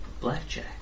Blackjack